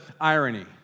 irony